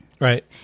right